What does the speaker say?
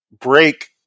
break